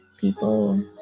people